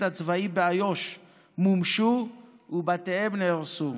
הצבאי באיו"ש מומשו ובתיהם נהרסו.